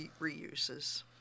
reuses